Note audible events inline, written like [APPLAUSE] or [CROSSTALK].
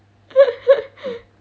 [LAUGHS]